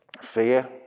fear